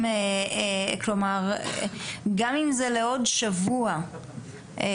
גם אם זה לעוד שבוע,